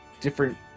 different